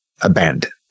abandoned